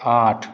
आठ